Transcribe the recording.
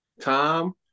Tom